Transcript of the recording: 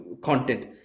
content